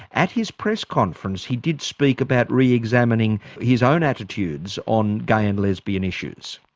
at his press conference he did speak about re-examining his own attitudes on gay and lesbian issues.